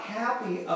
happy